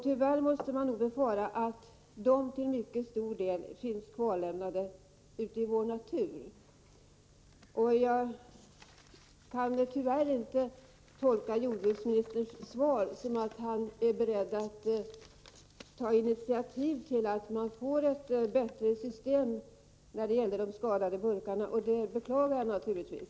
Tyvärr måste man nog befara att dessa till mycket stor del finns kvarlämnade ute i vår natur. Jag kan tyvärr inte tolka jordbruksministerns svar så, att han är beredd att ta initiativ till ett bättre system när det gäller de skadade burkarna, och det beklagar jag naturligtvis.